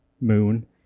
moon